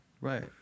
Right